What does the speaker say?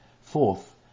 Fourth